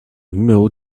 numéro